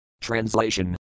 Translation